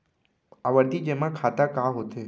आवर्ती जेमा खाता का होथे?